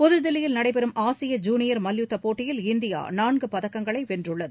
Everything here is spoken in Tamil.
புதுதில்லியில் நடைபெறும் ஆசிய ஜூனியர் மல்யுத்த போட்டியில் இந்தியா நான்கு பதக்கங்களை வென்றுள்ளது